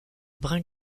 brun